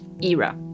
era